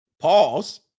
Pause